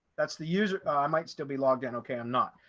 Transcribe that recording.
that's the user, i might still be logged in. okay, i'm not.